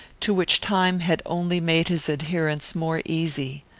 to which time had only made his adherence more easy.